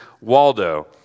Waldo